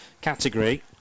category